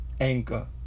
Anchor